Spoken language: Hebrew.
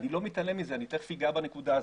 אני לא מתעלם מזה ותכף אני אגע בנקודה הזאת.